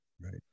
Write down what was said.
right